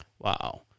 wow